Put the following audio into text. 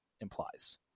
implies